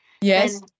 Yes